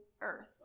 earth